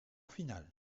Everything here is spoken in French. finale